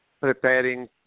preparing